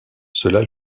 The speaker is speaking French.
cela